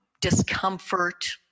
discomfort